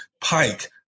Pike